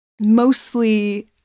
mostly